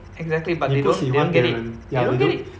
exactly but they don't they don't get it they don't get it